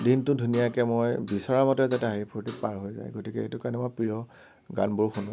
দিনতো ধুনীয়াকে মই বিচৰা মতে যাতে হাঁহি ফুৰ্তিত পাৰ হৈ যায় গতিকে এইটো কাৰণে মই প্ৰিয় গানবোৰ শুনো